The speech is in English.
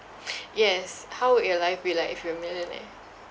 yes how would your life be like if you were a millionaire